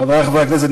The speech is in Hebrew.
חברי חברי הכנסת,